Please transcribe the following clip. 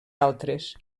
altres